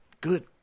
good